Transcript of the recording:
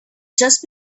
just